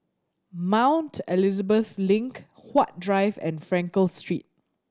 Mount Elizabeth Link Huat Drive and Frankel Street